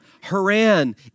Haran